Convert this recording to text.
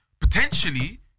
Potentially